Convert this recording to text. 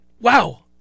wow